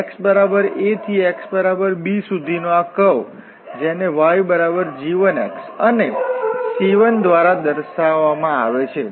xa થી xb સુધીનો આ કર્વ જેને yg1 અને C1 દ્વારા દર્શાવવામાં આવે છે